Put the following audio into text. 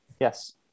yes